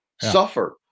suffer